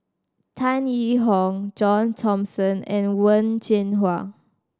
Tan Yee Hong John Thomson and Wen Jinhua